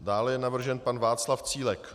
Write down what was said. Dále je navržen pan Václav Cílek.